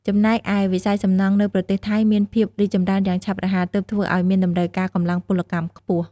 ចំណែកឯវិស័យសំណង់នៅប្រទេសថៃមានភាពរីកចម្រើនយ៉ាងឆាប់រហ័ស ទើបធ្វើឱ្យមានតម្រូវការកម្លាំងពលកម្មខ្ពស់។